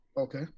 Okay